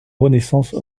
renaissance